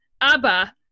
ABBA